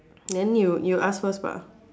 then you you ask first but